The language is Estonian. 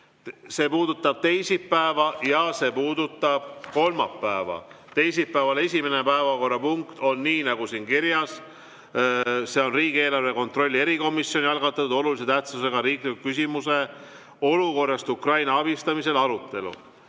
See puudutab teisipäeva ja see puudutab kolmapäeva. Teisipäeval esimene päevakorrapunkt on nii, nagu siin kirjas. See on riigieelarve kontrolli erikomisjoni algatatud olulise tähtsusega riikliku küsimuse "Olukorrast Ukraina abistamisel" arutelu.